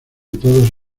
todos